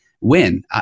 win